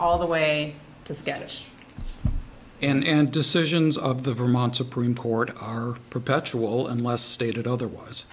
all the way to status and decisions of the vermont supreme court are perpetual unless stated otherwise